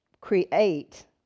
create